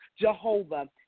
Jehovah